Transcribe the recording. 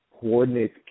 coordinate